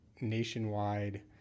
nationwide